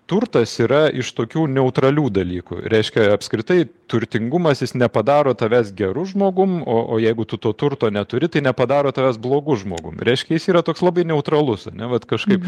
turtas yra iš tokių neutralių dalykų reiškia apskritai turtingumas jis nepadaro tavęs geru žmogumi o jeigu tu to turto neturi tai nepadaro tavęs blogu žmogum reiškia jis yra toks labai neutralus ar ne kažkaip